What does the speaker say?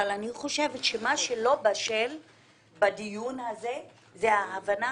אני חושבת שמה שלא בשל בדיון הזה הוא ההבנה